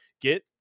get